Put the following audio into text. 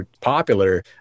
popular